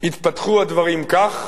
התפתחו הדברים כך